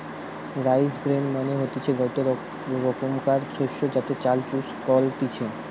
rice bran মানে হতিছে গটে রোকমকার শস্য যাতে চাল চুষ কলতিছে